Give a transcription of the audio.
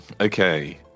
Okay